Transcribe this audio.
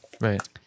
Right